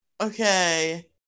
Okay